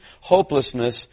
hopelessness